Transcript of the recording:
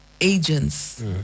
agents